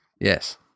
yes